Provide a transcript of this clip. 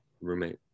roommate